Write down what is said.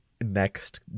next